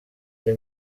ari